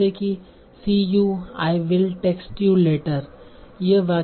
जैसे की see you I will text you later see you I will text you later